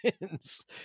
wins